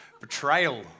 betrayal